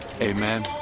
Amen